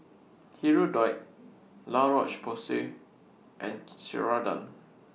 Hirudoid La Roche Porsay and Ceradan